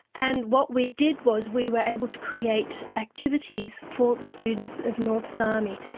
and what we did was we were able to create activities for the students of north sami.